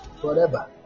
forever